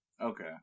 Okay